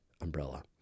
umbrella